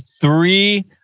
three